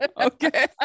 okay